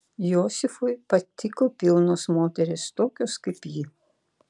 josifui patiko pilnos moterys tokios kaip ji